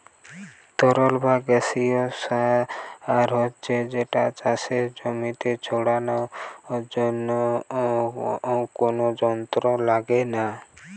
তরল বা গেসিও সার হচ্ছে যেটা চাষের জমিতে ছড়ানার জন্যে কুনো যন্ত্র লাগছে না